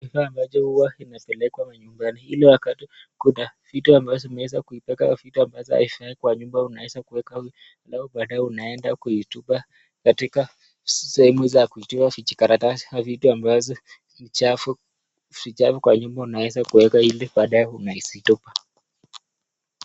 Vitu ambacho huwa inapelekwa manyumbani. Ila wakati kuna vitu ambazo umeweza kuibeba ka vitu ambazo haifai kwa nyumba unaweza kuweka hivi alafu baadaye unaenda kuitupa katika sehemu za kutupia vikaratsi ama vitu ambazo ni chafu. Vitu chafu kwa nyumba unaweza kuweka ili baadaye unaizitupa.